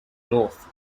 north